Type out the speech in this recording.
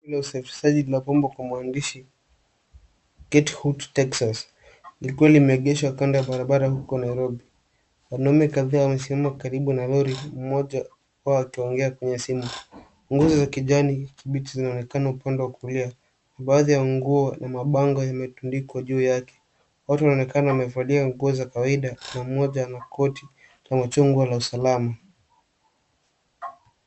Gari la usafishaji limepambwa kwa maandishi Get Hooked Texas likiwa limeegeshwa kando ya barabara huko Nairobi. Wanaume kadhaa wamesimama karibu na lori mmoja wao akiongea kwenye simu. Nguzo za kijani kibichi zinaonekana upande wa kulia na baadhi ya nguo na mabango yametundikwa juu yake. Watu wamevalia nguo za kawaida na mmoja ana koti la machungwa la usalama.